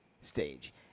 stage